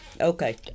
Okay